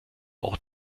auch